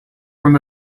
from